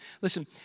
Listen